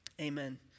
Amen